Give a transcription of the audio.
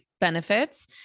benefits